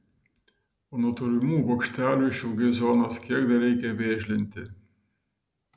o nuo tolimų bokštelių išilgai zonos kiek dar reikia vėžlinti